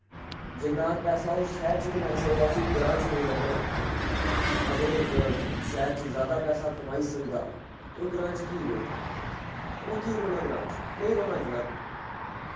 जिन्ना पैसा ओह शैह्र च कमाई सकदा उसी ग्रां च नेईं लब्बना अगर ओह् शैह्र च ज्यादा पैसा कमाई सकदा ते ओह् ग्रां च की रौह्ग उ'नै की रोह्ना ग्रां च नि रौह्ना जनाब